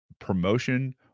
promotion